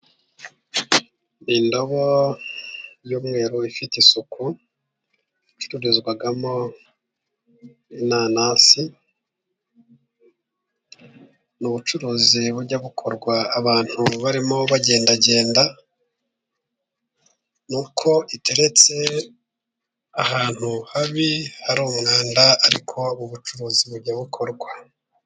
Ni indobo y'umweru, ifite isuku, icururizwamo inanasi. Ni ubucuruzi bujya bukorwa abantu barimo bagendagenda. Ni uko iteretse ahantu habi, hari umwanda, ariko ubu bucuruzi bujya bukorwa.